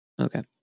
Okay